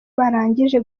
barangije